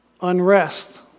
unrest